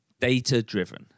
data-driven